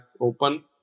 open